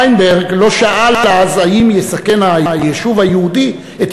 פיינברג לא שאל אז אם יסכן היישוב היהודי את